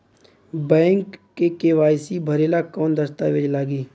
Bank मे KYC भरेला कवन दस्ता वेज लागी?